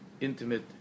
intimate